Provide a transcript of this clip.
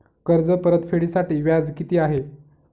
कर्ज परतफेडीसाठी व्याज किती आहे?